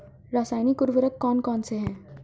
रासायनिक उर्वरक कौन कौनसे हैं?